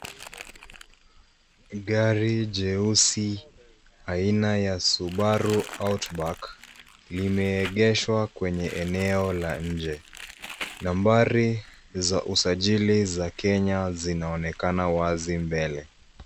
Gari jeusi aina ya subaru (cs)outback(cs)limeegeshwa kwenye eneo la nje. Nambari za usajili za kenya zinaonekana wazi mbele.